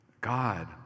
God